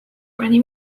pani